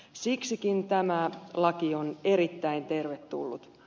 siksikin tämä laki on erittäin tervetullut